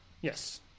Yes